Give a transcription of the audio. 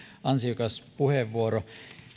ansiokas puheenvuoro